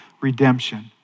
redemption